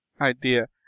idea